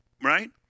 Right